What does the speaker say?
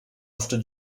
after